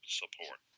support